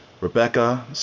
Rebecca